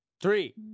Three